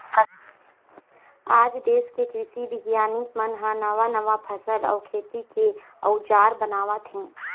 आज देश के कृषि बिग्यानिक मन ह नवा नवा फसल अउ खेती के अउजार बनावत हे